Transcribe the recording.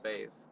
face